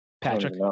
patrick